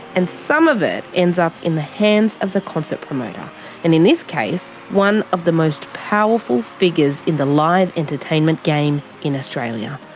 and some of it ends up in the hands of the concert promoter, and in this case, one of the most powerful figures in the live entertainment game in australia.